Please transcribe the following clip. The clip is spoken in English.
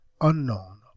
unknown